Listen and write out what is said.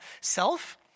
self